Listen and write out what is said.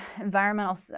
environmental